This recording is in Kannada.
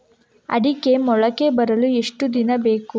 ಅಡಿಕೆ ಮೊಳಕೆ ಬರಲು ಎಷ್ಟು ದಿನ ಬೇಕು?